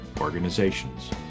organizations